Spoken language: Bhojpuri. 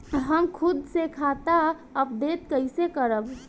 हम खुद से खाता अपडेट कइसे करब?